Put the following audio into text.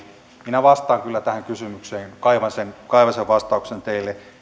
minä vastaan kyllä tähän kysymykseen kaivan sen kaivan sen vastauksen teille